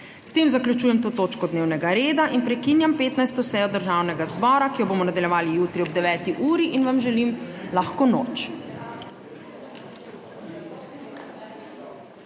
S tem zaključujem to točko dnevnega reda in prekinjam 15. sejo Državnega zbora, ki jo bomo nadaljevali jutri ob 9. uri, in vam želim lahko noč.